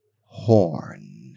horn